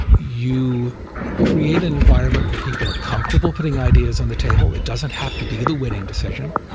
you create an environment where people are comfortable putting ideas on the table. it doesn't have to be the winning decision.